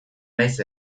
naiz